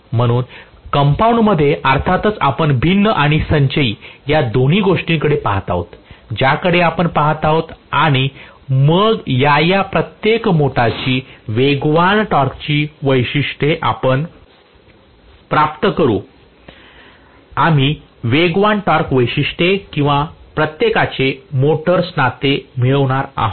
म्हणून कंपाऊंडमध्ये अर्थातच आपण भिन्न आणि संचयी या दोन्ही गोष्टींकडे पहात आहोत ज्याकडे आपण पहात आहोत आणि मग या या प्रत्येक मोटारची वेगवान टॉर्कची वैशिष्ट्ये आपण प्राप्त करू आम्ही वेगवान टॉर्क वैशिष्ट्ये किंवा प्रत्येकाचे मोटर्स नाते मिळवणार आहोत